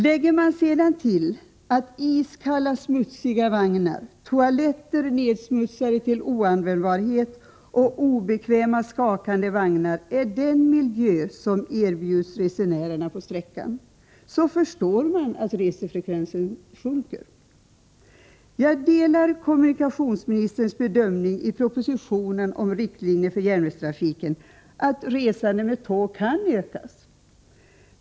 Lägger man sedan till att iskalla, smutsiga vagnar, toaletter nedsmutsade till oanvändbarhet och obekväma skakande vagnar är den miljö som erbjuds resenärerna på sträckan förstår man att resandefrekvensen sjunker. Jag delar kommunikationsministerns bedömning i propositionen om 65, riktlinjer för järnvägstrafiken att resandet med tåg kan ökas.